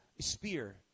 spear